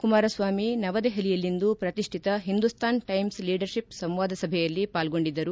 ಕುಮಾರಸ್ನಾಮಿ ನವದೆಹಲಿಯಲ್ಲಿಂದು ಪ್ರತಿಷ್ಠಿತ Hindustan Times leadership ಸಂವಾದ ಸಭೆಯಲ್ಲಿ ಪಾಲ್ಗೊಂಡಿದ್ದರು